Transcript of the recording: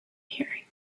hearing